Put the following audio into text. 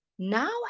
now